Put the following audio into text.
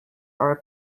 are